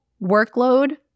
workload